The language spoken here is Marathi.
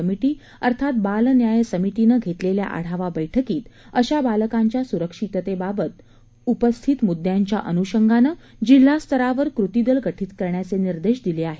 कमिटी अर्थात बाल न्याय समितीनं घेतलेल्या आढावा बैठकीत अशा बालकांच्या सुरक्षिततेबाबत उपस्थित मुद्यांच्या अनुषंगानं जिल्हा स्तरावर कृतीदल गठित करण्याचे निर्देश दिले आहेत